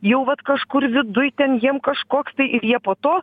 jau vat kažkur viduj ten jiem kažkoks tai ir jie po to